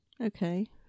okay